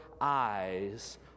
eyes